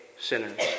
sinners